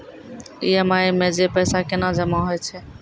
EMI मे जे पैसा केना जमा होय छै?